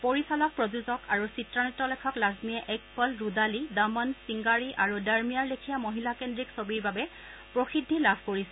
পৰিচালক প্ৰযোজক আৰু চিত্ৰনাট্য লেখক লাজমীয়ে এক পল ৰুদালী দমন ছিংগাৰী আৰু দৰমিয়াঁৰ লেখীয়া মহিলাকেন্দ্ৰিক ছবিৰ বাবে প্ৰসিদ্ধি লাভ কৰিছিল